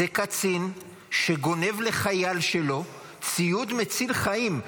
זה קצין שגונב לחייל שלו ציוד מציל חיים.